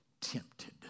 tempted